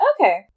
Okay